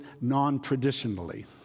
non-traditionally